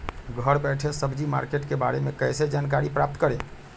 घर बैठे सब्जी मार्केट के बारे में कैसे जानकारी प्राप्त करें?